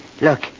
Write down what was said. Look